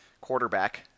quarterback